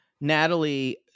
Natalie